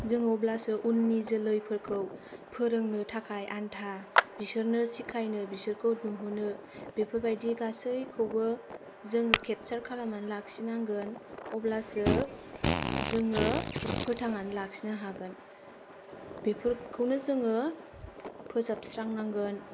जोङो अब्लासो उननि जोलैफोरखौ फोरोंनो थाखाय आन्था बिसोरनो सिखायनो बिसोरनो नुहोनो बेफोरबादि गासैखौबो जोङो केपचार खालामनानै लाखिनो नांगोन अब्लासो जोङो फोथांनानै लाखिनो हागोन बेफोरखौनो जोङो फोसाबस्रांनांगोन